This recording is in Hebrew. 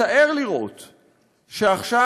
מצער לראות שעכשיו,